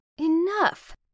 Enough